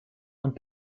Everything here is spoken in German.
und